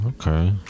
Okay